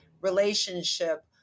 relationship